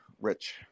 Rich